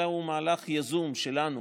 אלא הוא מהלך יזום שלנו,